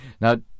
Now